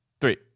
Three